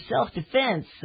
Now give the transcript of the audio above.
self-defense